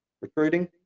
recruiting